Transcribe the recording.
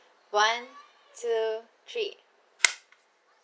one two three